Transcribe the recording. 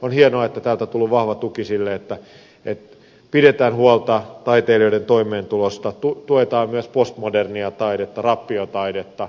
on hienoa että täältä on tullut vahva tuki sille että pidetään huolta taiteilijoiden toimeentulosta tuetaan myös postmodernia taidetta rappiotaidetta